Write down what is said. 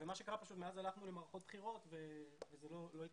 מאז הלכנו למערכות בחירות וזה לא התקדם.